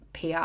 PR